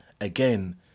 again